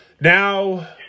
now